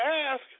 ask